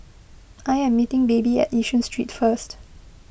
I am meeting Baby at Yishun Street first